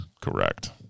Correct